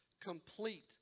Complete